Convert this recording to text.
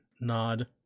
nod